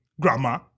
Grandma